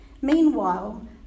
Meanwhile